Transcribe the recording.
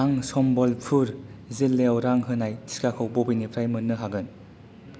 आं सम्बलपुर जिल्लायाव रां होनाय टिकाखौ बबेनिफ्राय मोन्नो हागोन